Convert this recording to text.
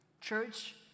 Church